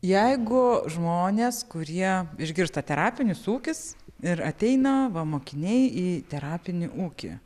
jeigu žmonės kurie išgirsta terapinis ūkis ir ateina va mokiniai į terapinį ūkį